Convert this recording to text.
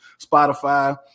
Spotify